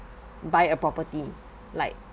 buy a property like